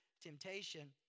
temptation